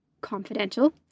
confidential